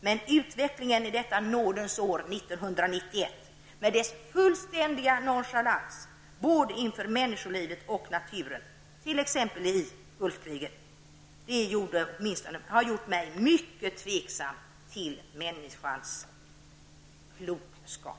Men utvecklingen i detta nådens år 1991, med dess fullständiga nonchalans inför både människolivet och naturen, t.ex. i Gulfkriget, har gjort att jag ställer mig mycket tvivlande till människans klokskap.